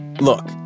Look